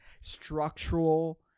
structural